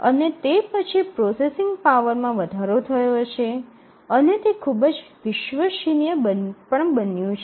અને તે પછી પ્રોસેસિંગ પાવરમાં ભારે વધારો થયો છે અને તે ખૂબ જ વિશ્વસનીય પણ બન્યું છે